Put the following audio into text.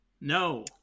No